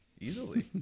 Easily